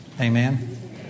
Amen